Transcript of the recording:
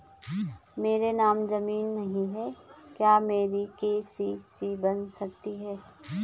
मेरे नाम ज़मीन नहीं है क्या मेरी के.सी.सी बन सकती है?